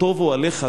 את מה טובו אוהליך,